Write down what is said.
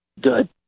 Good